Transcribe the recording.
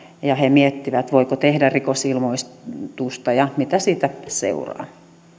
ja he miettivät voiko tehdä rikosilmoitusta ja mitä siitä seuraa